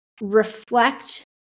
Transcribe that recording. reflect